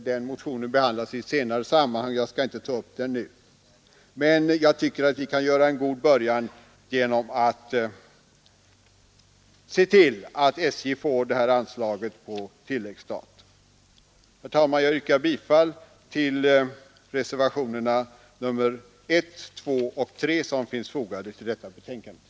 Den motionen behandlas i ett senare sammanhang, och jag skall inte ta upp den nu, men jag tycker att vi kan se till att det blir en god början genom att bevilja SJ det nu aktuella anslaget på tilläggsstat. Herr talman! Jag yrkar bifall till de vid trafikutskottets betänkande fogade reservationerna 1, 2 och 3.